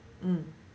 mm